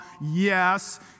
Yes